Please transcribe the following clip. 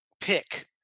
pick